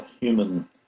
human